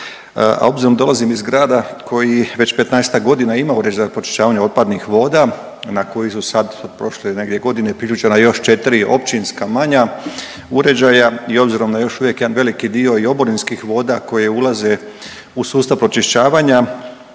a obzirom dolazim iz grada koji već 15-ak godina ima uređaj za pročišćavanje otpadnih voda na koji su sad prošle negdje godine priključena još 4 općinska manja uređaja i obzirom na još uvijek jedan dio i oborinskih voda koje ulaze u sustav pročišćavanja,